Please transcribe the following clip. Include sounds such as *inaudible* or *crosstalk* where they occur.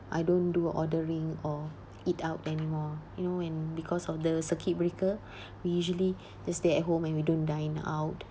I don't do ordering or eat out anymore you know and because of the circuit breaker *breath* we usually *breath* just stay at home and we don't dine out